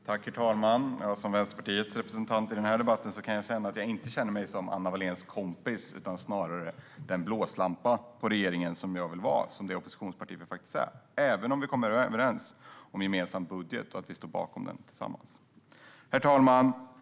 Herr talman! Som Vänsterpartiets representant i denna debatt känner jag mig inte som Anna Walléns kompis utan snarare som den blåslampa på regeringen som jag vill vara i det oppositionsparti vi är, även om vi kommer överens om gemensam budget och står bakom den tillsammans. Herr talman!